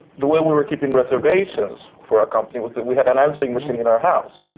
the way we were keeping reservations for our company was that we had an answering machine in our house.